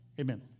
Amen